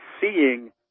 seeing